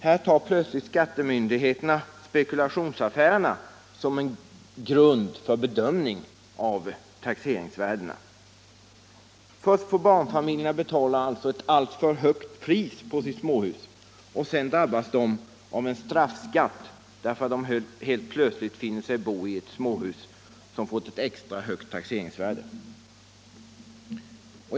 Här tar plötsligt skattemyndigheterna spekulationsaffärerna som grund för bedömning av taxeringsvärdena. Först får barnfamiljerna alltså betala ett alltför högt pris på sina småhus, och sedan drabbas de av en straffskatt därför att de helt plötsligt finner sig bo i småhus som fått ett extra högt taxeringsvärde.